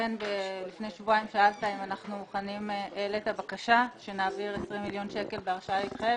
אכן לפני שבועיים העלית בקשה שנעביר 20 מיליון שקלים בהרשאה להתחייב